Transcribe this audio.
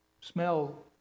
smell